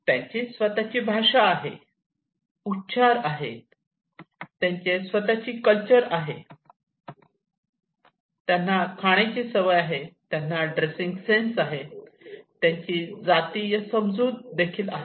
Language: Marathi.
त्यांची स्वतःची भाषा आहे उच्चार आहे त्यांची स्वतःची कल्चर आहे त्यांना खाण्याची सवय आहे त्यांना ड्रेसिंग सेन्सआहे त्यांची जातीय समजूत आहे